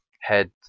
head